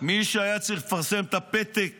מי שהיה צריך לפרסם את הפתק